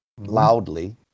loudly